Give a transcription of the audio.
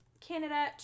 Canada